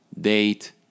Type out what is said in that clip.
date